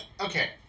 Okay